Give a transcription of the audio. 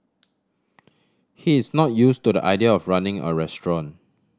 he's not use to the idea of running a restaurant